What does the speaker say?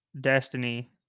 destiny